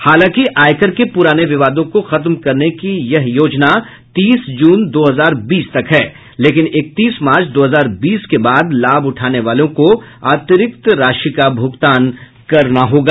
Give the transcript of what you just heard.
हालांकि आयकर के प्रराने विवादों को खत्म करने की यह योजना तीस जून दो हजार बीस तक है लेकिन इकतीस मार्च दो हजार बीस के बाद लाभ उठाने वाले को अतिरिक्त राशि का भुगतान करना होगा